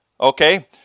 Okay